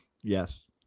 Yes